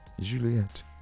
Juliet